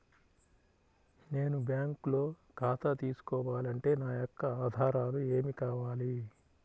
నేను బ్యాంకులో ఖాతా తీసుకోవాలి అంటే నా యొక్క ఆధారాలు ఏమి కావాలి?